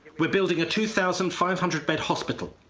we are building a two thousand five hundred bed hospital.